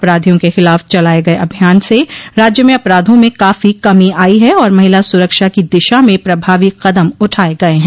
अपराधियों के खिलाफ चलाये गये अभियान से राज्य में अपराधों में काफो कमी आई है और महिला सुरक्षा की दिशा में प्रभावी कदम उठाये गये हैं